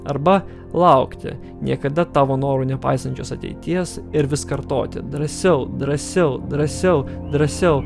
arba laukti niekada tavo norų nepaisančios ateities ir vis kartoti drąsiau drąsiau drąsiau drąsiau